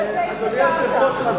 אדוני היושב-ראש.